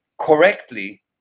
correctly